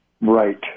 Right